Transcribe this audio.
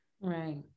right